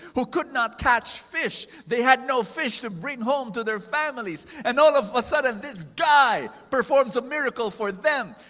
who could not catch fish. they had no fish to bring home to their families, and all of a sudden, this guy performs a miracle for them.